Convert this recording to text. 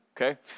Okay